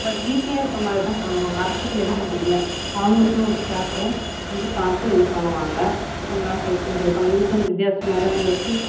but வீட்டிலே இருக்க மாதிரிதான் பண்ணுவாங்க அரசு பள்ளிகள் அப்படி இல்லை அவங்களுக்குன்னு ஒரு ஸ்டாஃபை வந்து பார்த்து இது பண்ணுவாங்க கொஞ்சம் நல்லா கோச்சிங் கொடுப்பாங்க இது கொஞ்சம் வித்தியாசமாதான் இருக்கும்